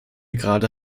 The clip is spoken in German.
gerade